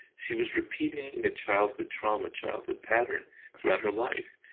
she was repeating a childhood trauma, childhood pattern throughout her life.